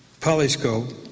Polyscope